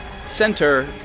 center